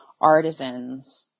artisans